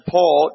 Paul